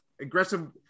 aggressive